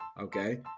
Okay